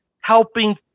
helping